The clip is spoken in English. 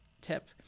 tip